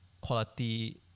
quality